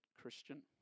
Christian